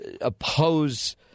oppose